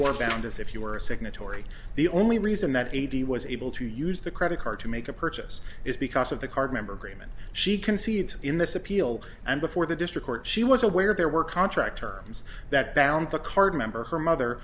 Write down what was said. as if you were a signatory the only reason that eighty was able to use the credit card to make a purchase is because of the card member agreement she concedes in this appeal and before the district court she was aware there were contract terms that bound the card member her mother